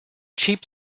cheap